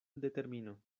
determino